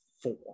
four